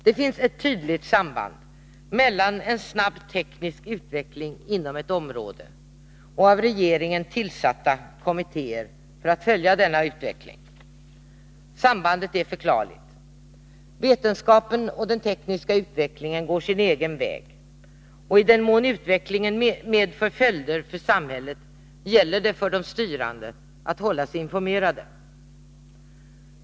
Det finns ett tydligt samband mellan en snabb teknisk utveckling inom ett område och av regeringen tillsatta kommittéer för att följa denna utveckling. Sambandet är förklarligt. Vetenskapen och den tekniska utvecklingen går sin egen väg, och i den mån utvecklingen medför följder för samhället gäller det för de styrande att hålla sig informerade.